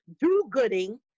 do-gooding